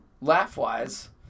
laugh-wise